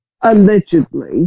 allegedly